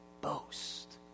boast